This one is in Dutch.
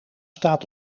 staat